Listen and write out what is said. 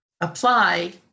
apply